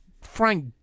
Frank